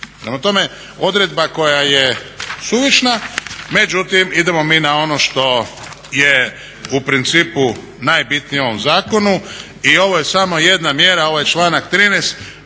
tome, odredba koja je suvišna. Međutim, idemo mi na ono što je u principu najbitnije u ovom zakonu i ovo je samo jedna mjera ovaj članak 13.u